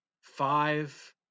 five